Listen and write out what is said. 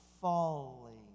falling